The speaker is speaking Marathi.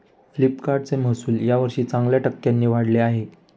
फ्लिपकार्टचे महसुल यावर्षी चांगल्या टक्क्यांनी वाढले आहे